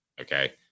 okay